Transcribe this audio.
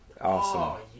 Awesome